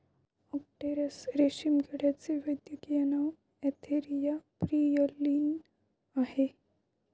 okay tasar रेशीम किड्याचे वैज्ञानिक नाव अँथेरिया प्रियलीन आहे